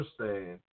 understand